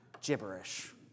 gibberish